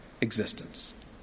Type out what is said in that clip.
existence